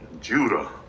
Judah